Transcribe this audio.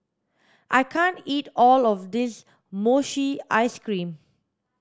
I can't eat all of this mochi ice cream